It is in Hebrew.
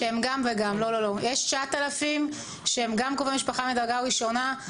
יש 9,000 שהם גם קרובי משפחה מדרגה ראשונה,